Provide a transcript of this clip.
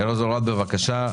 ארז אורעד, בבקשה.